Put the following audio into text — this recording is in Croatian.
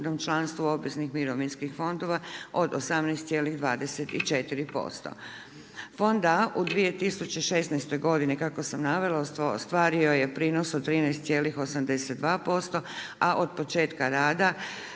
članstvu obveznih mirovinskih fondova od 18,24%. Fond A u 2016. godini kako sam navela ostvario je prinos od 13,82%, a od početka rada